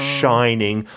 shining